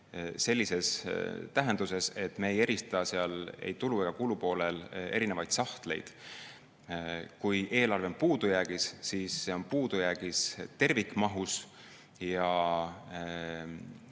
sellises tähenduses, et me ei erista seal ei tulu- ega kulupoolel erinevaid sahtleid. Kui eelarve on puudujäägis, siis see on puudujäägis tervikmahus.